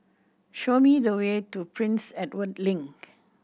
show me the way to Prince Edward Link